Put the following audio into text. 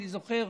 אני זוכר,